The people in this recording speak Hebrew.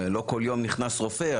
לא כל יום נכנס רופא,